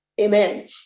Amen